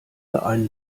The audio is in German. einen